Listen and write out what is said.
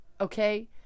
okay